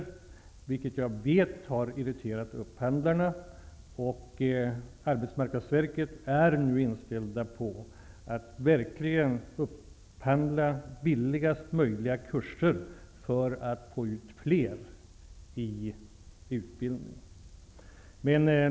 Jag vet att det har irriterat upphandlarna. Arbetsmarknadsverket är nu inställt på att upphandla så billiga kurser som möjligt för att fler personer skall kunna genomgå utbildning.